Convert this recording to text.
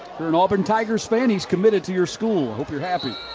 you're an auburn tigers fan, he's committed to your school. hope your happy.